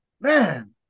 man –